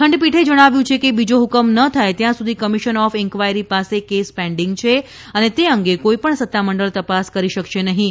ખંડપીઠે જણાવ્યું કે બીજો હુકમ ન થાય ત્યાં સુધી કમિશન ઓફ ઇન્કવાયરી પાસે કેસ પેન્ડીંગ છે તે અંગે કોઇપણ સત્તામંડળ તપાસ કરી શકશે નહિં